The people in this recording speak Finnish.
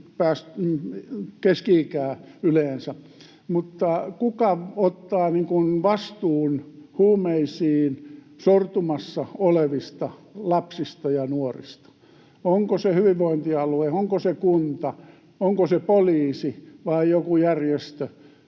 keski-ikää yleensä. Mutta kuka ottaa vastuun huumeisiin sortumassa olevista lapsista ja nuorista? Onko se hyvinvointialue, onko se kunta, onko se poliisi vai joku järjestö?